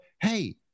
hey